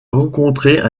rencontrer